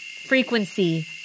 frequency